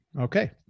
Okay